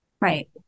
Right